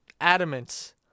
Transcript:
adamant